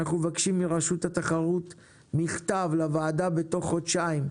אנחנו מבקשים מרשות התחרות מכתב לוועדה בתוך חודשיים,